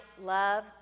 love